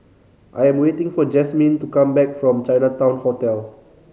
I'm waiting for Jazmine to come back from Chinatown Hotel